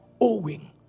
owing